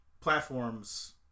platforms